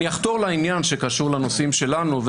אני אחתור לעניין שקשור לנושאים שלנו: